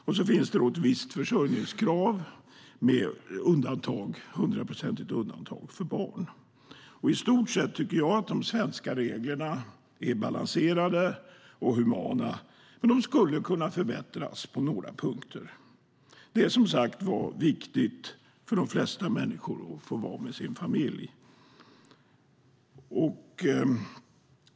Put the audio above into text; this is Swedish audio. Det finns ett visst försörjningskrav, med ett hundraprocentigt undantag för barn. I stort sett tycker jag att de svenska reglerna är balanserade och humana, men de skulle kunna förbättras på några punkter. Det är, som sagt, viktigt för de flesta människor att få vara med sin familj.